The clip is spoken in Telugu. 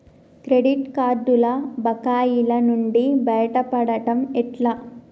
క్రెడిట్ కార్డుల బకాయిల నుండి బయటపడటం ఎట్లా?